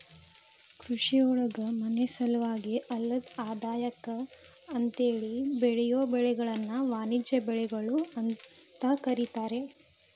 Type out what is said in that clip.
ಕೃಷಿಯೊಳಗ ಮನಿಸಲುವಾಗಿ ಅಲ್ಲದ ಆದಾಯಕ್ಕ ಅಂತೇಳಿ ಬೆಳಿಯೋ ಬೆಳಿಗಳನ್ನ ವಾಣಿಜ್ಯ ಬೆಳಿಗಳು ಅಂತ ಕರೇತಾರ